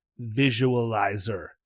visualizer